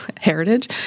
Heritage